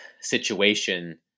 situation